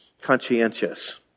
conscientious